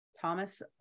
Thomas